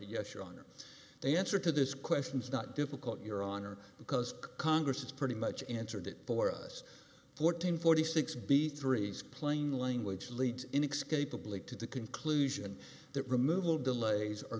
yes your honor the answer to this question is not difficult your honor because congress has pretty much answered it for us fourteen forty six b three plain language leads index capably to the conclusion that removal delays